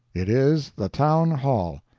it is the town hall.